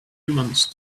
humans